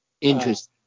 Interesting